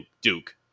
Duke